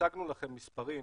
הצגנו לכם מספרים,